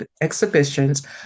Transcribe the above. exhibitions